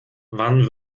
wann